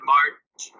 March